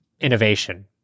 innovation